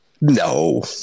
no